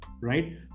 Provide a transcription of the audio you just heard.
right